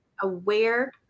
aware